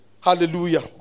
Hallelujah